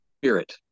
spirit